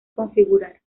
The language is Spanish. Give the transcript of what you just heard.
configurar